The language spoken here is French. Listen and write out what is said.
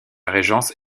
régence